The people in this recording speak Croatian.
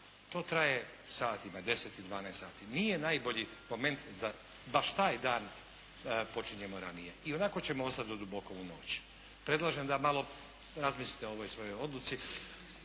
To traje satima, 10 i 12 sati. Nije najbolji moment da baš taj dan počinjemo ranije i onako ćemo ostati do duboko u noć. Predlažem da malo razmislite o ovoj svojoj odluci.